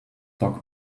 doc